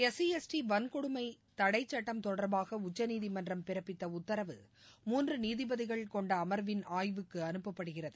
S C S T வன்கொடுமை தடைச்சுட்டம் தொடா்பாக உச்சநீதிமன்றம் பிறப்பித்த உத்தரவு மூன்று நீதிபதிகள் கொண்ட அமர்வின் ஆய்வுக்கு அனுப்பப்படுகிறது